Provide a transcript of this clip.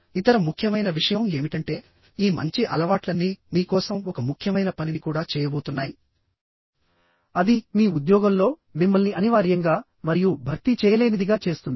ఇతర ముఖ్యమైన విషయం ఏమిటంటే ఈ మంచి అలవాట్లన్నీ మీ కోసం ఒక ముఖ్యమైన పనిని కూడా చేయబోతున్నాయి అది మీ ఉద్యోగంలో మిమ్మల్ని అనివార్యంగా మరియు భర్తీ చేయలేనిదిగా చేస్తుంది